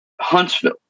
Huntsville